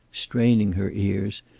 straining her ears,